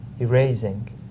erasing